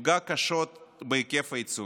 ותפגע קשות בהיקף הייצור.